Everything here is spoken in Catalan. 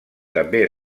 també